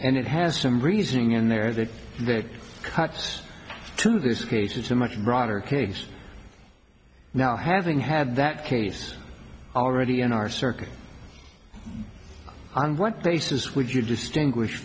and it has some reasoning in there that vick cuts to this case it's a much broader case now having had that case already in our circuit on what basis would you distinguish